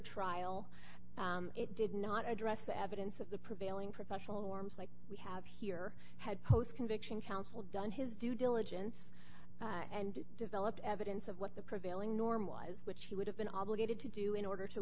trial it did not address the evidence of the prevailing professional forms like we have here had post conviction counsel done his due diligence and developed evidence of what the prevailing normalise which he would have been obligated to do in order to